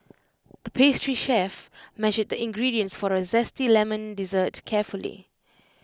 the pastry chef measured the ingredients for A Zesty Lemon Dessert carefully